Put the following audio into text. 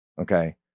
okay